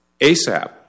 ASAP